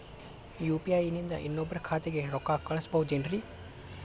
UPI ನಿಂದ ಇನ್ನೊಬ್ರ ಖಾತೆಗೆ ರೊಕ್ಕ ಕಳ್ಸಬಹುದೇನ್ರಿ?